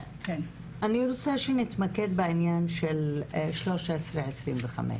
אני רוצה שנתמקד בעניין של 1325,